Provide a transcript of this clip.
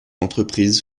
entreprise